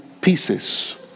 pieces